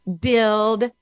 build